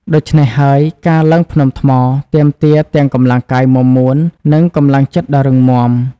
ដូច្នេះហើយ ការឡើងភ្នំថ្ម ទាមទារទាំងកម្លាំងកាយមាំមួន និងកម្លាំងចិត្តដ៏រឹងមាំ។